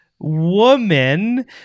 woman